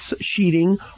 sheeting